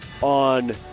on